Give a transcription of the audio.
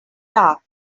dark